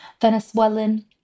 Venezuelan